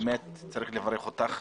באמת צריך לברך אותך.